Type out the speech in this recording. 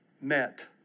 met